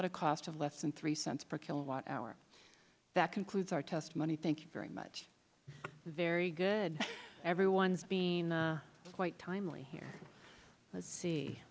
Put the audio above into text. also at a cost of less than three cents per kilowatt hour that concludes our testimony thank you very much very good everyone's being quite timely here let's see